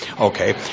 okay